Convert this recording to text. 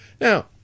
Now